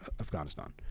Afghanistan